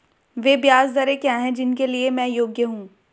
वे ब्याज दरें क्या हैं जिनके लिए मैं योग्य हूँ?